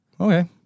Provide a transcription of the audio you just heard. okay